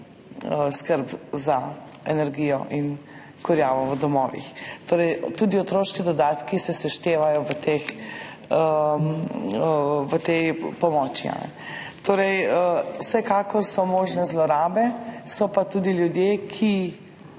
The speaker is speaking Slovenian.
skrb za energijo in kurjavo v domovih. Tudi otroški dodatki se seštevajo v tej pomoči. Torej, vsekakor so možne zlorabe, so pa tudi ljudje, ki